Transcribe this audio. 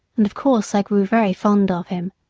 and of course i grew very fond of him.